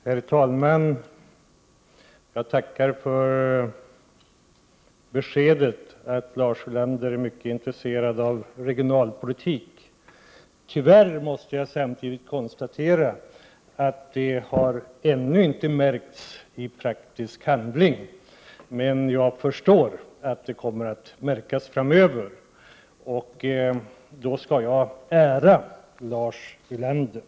Herr talman! Jag tackar för beskedet från Lars Ulander om att han är mycket intresserad av regionalpolitik. Tyvärr måste jag samtidigt konstatera att det ännu inte har märkts i praktisk handling. Men jag förstår att det kommer att märkas framöver, och då skall jag ära Lars Ulander.